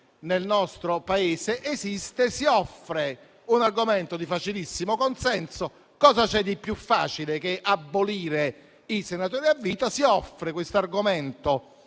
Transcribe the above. nel nostro Paese esiste. Si offre così un argomento di facilissimo consenso. Cosa c'è di più facile che abolire i senatori a vita? Si offre questo argomento